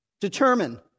Determine